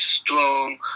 strong